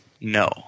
No